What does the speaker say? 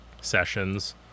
Sessions